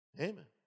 Amen